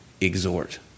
exhort